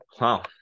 Wow